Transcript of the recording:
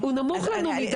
הביטוי הזה נמוך מדי.